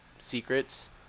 secrets